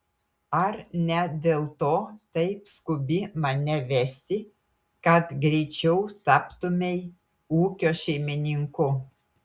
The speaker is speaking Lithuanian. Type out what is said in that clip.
ar ne dėl to taip skubi mane vesti kad greičiau taptumei ūkio šeimininku